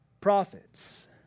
prophets